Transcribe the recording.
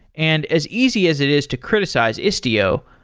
and as easy as it is to criticize istio,